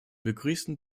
begrüßen